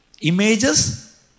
images